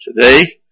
today